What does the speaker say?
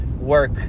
work